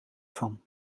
van